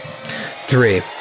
three